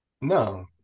No